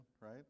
right